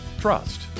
Trust